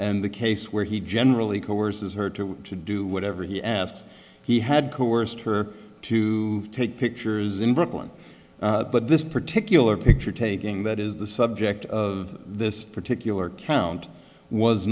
and the case where he generally coerces her to do whatever he asked he had coerced her to take pictures in brooklyn but this particular picture taking that is the subject of this particular count was